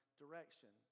direction